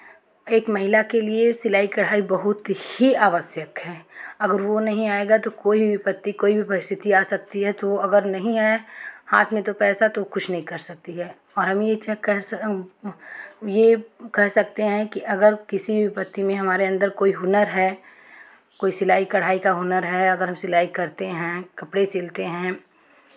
एक महिला के लिए सिलाई कढ़ाई बहुत ही आवश्यक है अगर वो नहीं आएगा तो कोई भी विपत्ति कोई भी परिस्थिति आ सकती है अगर वो नहीं आया हाथ में तो पैसा तो वो कुछ नहीं कर सकती है और हम ये इतना कह सक ये कह सकते है कि अगर किसी भी विपत्ति में हमारे अंदर कोई हुनर है अगर कोई सिलाई कढ़ाई का हुनर है अगर हम सिलाई करते हैं कपड़े सिलते हैं